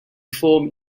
form